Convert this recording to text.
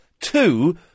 two